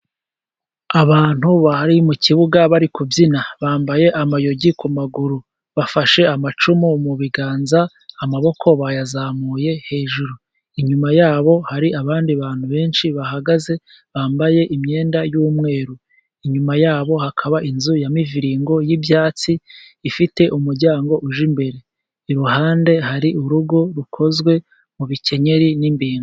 Abantu bari mu kibuga bari kubyina, bambaye amayugi ku maguru, bafashe amacumu mu biganza, amaboko bayazamuye hejuru, inyuma yabo hari abandi bantu benshi bahagaze, bambaye imyenda y'umweru, inyuma yabo hakaba inzu ya muviringo y'ibyatsi, ifite umuryango uje imbere, iruhande hari urugo rukozwe mu bikenyeri n'imbingo.